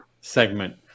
Segment